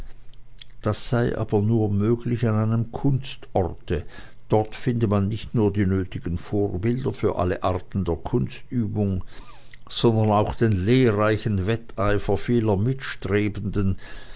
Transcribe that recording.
das sei aber nur möglich an einem kunstorte dort finde man nicht nur die nötigen vorbilder für alle arten der kunstübung sondern auch den lehrreichen wetteifer vieler mitstrebenden